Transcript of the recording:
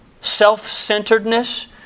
self-centeredness